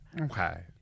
okay